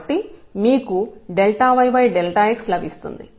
కాబట్టి మీకు yx లభిస్తుంది